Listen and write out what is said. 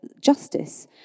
justice